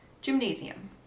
Gymnasium